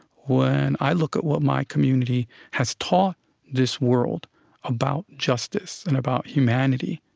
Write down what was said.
when i look at what my community has taught this world about justice and about humanity,